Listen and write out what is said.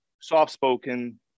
soft-spoken